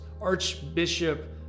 Archbishop